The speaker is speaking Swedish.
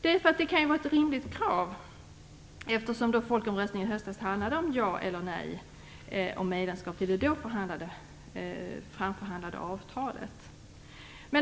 Det kan vara ett rimligt krav. Folkomröstningen i höstas handlade om ja eller nej till medlemskap enligt det då framförhandlade avtalet.